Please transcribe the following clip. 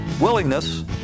willingness